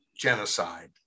genocide